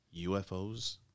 UFOs